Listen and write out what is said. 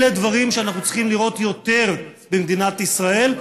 אלה דברים שאנחנו צריכים לראות יותר במדינת ישראל.